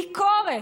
ביקורת,